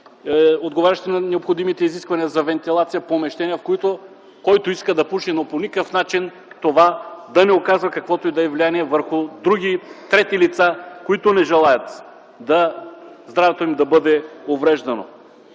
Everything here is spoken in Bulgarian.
отговарящи на необходимите изисквания за вентилация, помещения, в които който иска - да пуши, но по никакъв начин това да не оказва каквото и да е влияние върху трети лица, които не желаят здравето им да бъде увреждано.